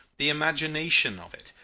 the imagination of it!